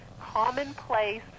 commonplace